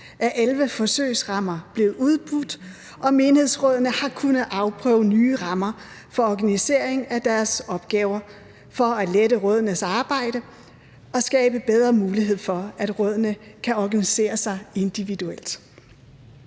er 11 forsøgsrammer blevet udbudt, og menighedsrådene har kunnet afprøve nye rammer for organisering af deres opgaver for at lette rådenes arbejde og skabe bedre mulighed for, at rådene kan organisere sig individuelt.